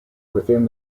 within